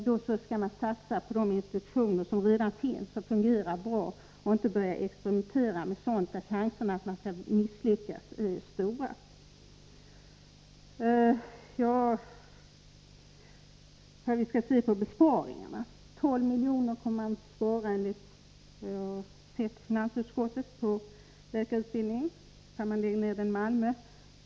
Då skall man satsa på de institutioner som redan finns och fungerar bra och inte börja experimentera med sådant där chanserna att misslyckas är stora. Hur skall vi se på besparingarna? Enligt finansutskottet kommer man att spara 12 miljoner om man lägger ner läkarutbildningen i Malmö.